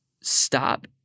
stop